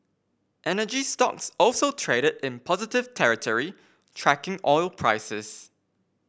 energy stocks also traded in positive territory tracking oil prices